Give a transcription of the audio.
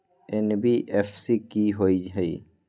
NBFC कि होअ हई?